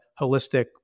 holistic